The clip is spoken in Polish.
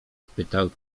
spytał